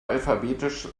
alphabetisch